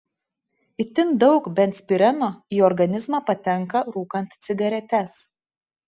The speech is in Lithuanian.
itin daug benzpireno į organizmą patenka rūkant cigaretes